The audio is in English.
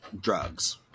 drugs